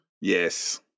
Yes